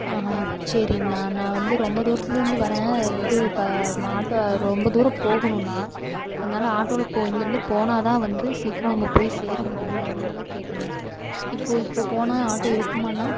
ஆஹான் சரிங்கண்ணா நான் வந்து ரொம்ப தூரத்துலேருந்து வர்றேன் இது இது ஆட்டோ ரொம்ப தூரம் போகணும்ண்ணா அதனால் ஆட்டோவில் இங்கேயிருந்து போனால் தான் வந்து சீக்கரம் அங்கே போய் சேரமுடியும் அதனால் தான் கேட்டேன்ணா இப்போது இப்போது போனால் ஆட்டோ இருக்குமாண்ணா